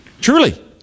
Truly